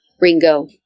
Ringo